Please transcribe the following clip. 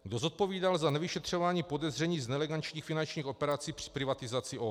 Kdo zodpovídal za nevyšetřování podezření z nelegálních finančních operací při privatizaci OKD.